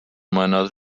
meiner